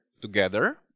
together